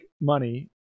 money